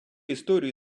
історію